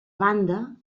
banda